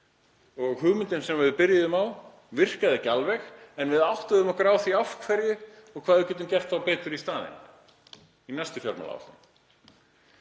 Hugmyndin sem við byrjuðum á virkaði ekki alveg en við áttuðum okkur á því af hverju og hvað við getum gert betur í staðinn í næstu fjármálaáætlun.